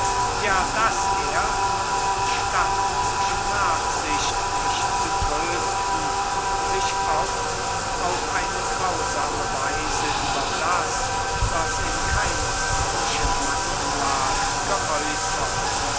ja daß er anstatt durch nachsicht mich zu trösten sich oft auf eine grausame weise über das was in keines menschen hand lag geäußert